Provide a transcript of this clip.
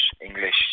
English